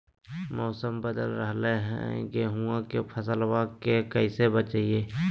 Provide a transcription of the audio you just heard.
मौसम बदल रहलै है गेहूँआ के फसलबा के कैसे बचैये?